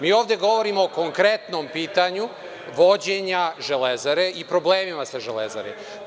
Mi ovde govorimo o konkretnom pitanju vođenja „Železare“ i problemima sa „Železarom“